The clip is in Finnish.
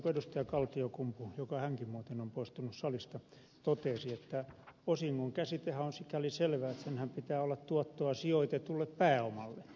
kaltiokumpu joka hänkin muuten on poistunut salista totesi että osingon käsitehän on sikäli selvä että senhän pitää olla tuottoa sijoitetulle pääomalle